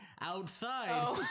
outside